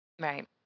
Right